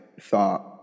thought